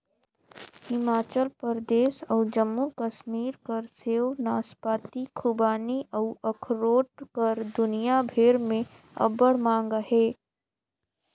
हिमाचल परदेस अउ जम्मू कस्मीर कर सेव, नासपाती, खूबानी अउ अखरोट कर दुनियां भेर में अब्बड़ मांग अहे